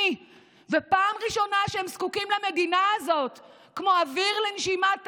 ובפעם ראשונה שהם זקוקים למדינה הזאת כמו אוויר לנשימה,